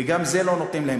וגם את זה לא נותנים להם.